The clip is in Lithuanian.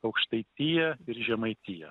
aukštaitija ir žemaitija